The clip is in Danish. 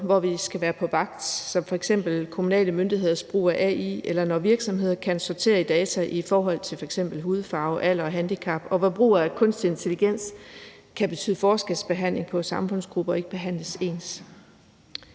hvor vi skal være på vagt, f.eks. kommunale myndigheders brug af AI, eller når virksomheder kan sortere i data i forhold til f.eks. hudfarve, alder og handicap, og hvor brug af kunstig intelligens kan betyde forskelsbehandling, hvor samfundsgrupper ikke behandles ens.